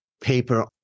paper